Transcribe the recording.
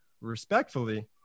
respectfully